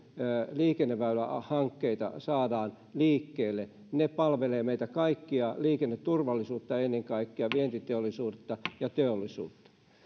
liikenneväylähankkeita saadaan liikkeelle ne palvelevat meitä kaikkia liikenneturvallisuutta ennen kaikkea vientiteollisuutta ja teollisuutta